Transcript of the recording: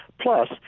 plus